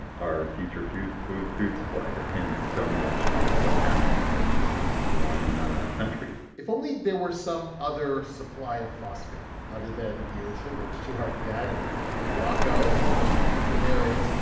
our future future food food supply depends so much on what happens in this one country if only there were some other supply of phosphate other than the ocean, where it's too hard to get, and morocco morocco who knows what the future there is?